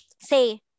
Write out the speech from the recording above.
say